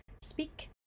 speak